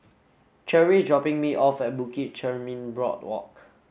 Cherri is dropping me off at Bukit Chermin Boardwalk